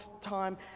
time